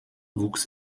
wuchs